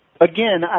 Again